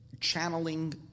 channeling